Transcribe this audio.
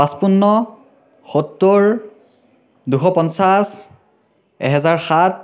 পাচপন্ন সত্তৰ দুশ পঞ্চাছ এহেজাৰ সাত